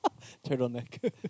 Turtleneck